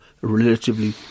relatively